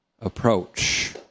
approach